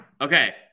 okay